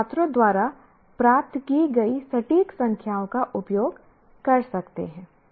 आप छात्रों द्वारा प्राप्त की गई सटीक संख्याओं का उपयोग कर सकते हैं